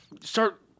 start